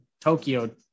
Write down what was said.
tokyo